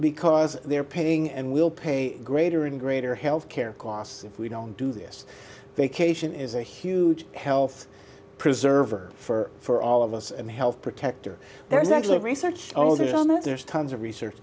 because they're paying and will pay greater and greater health care costs if we don't do this vacation is a huge health preserver for all of us and health protector there is actually research on that on that there's tons of research